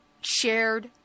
shared